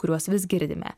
kuriuos vis girdime